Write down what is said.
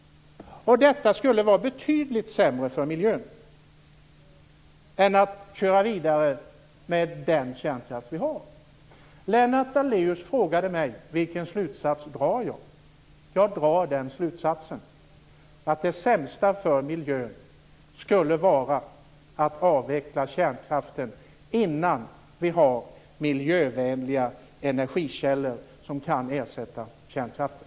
Detta skulle vara betydligt sämre för miljön än att köra vidare med den kärnkraft vi har. Lennart Daléus frågade mig vilken slutsats jag drar. Jag drar den slutsatsen att det sämsta för miljön skulle vara att avveckla kärnkraften innan vi har miljövänliga energikällor som kan ersätta den.